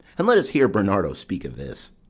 and let us hear bernardo speak of this.